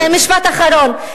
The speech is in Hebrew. משפט אחרון.